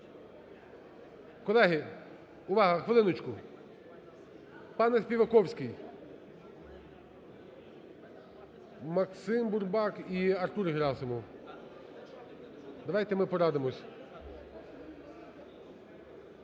Колеги, увага! Хвилиночку! Пане Співаковський, Максим Бурбак і Артур Герасимов. Давайте ми порадимось.